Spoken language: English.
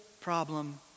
problem